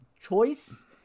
choice